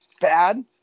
bad